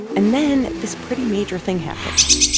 and then this pretty major thing happens.